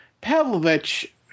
Pavlovich